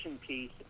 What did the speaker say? piece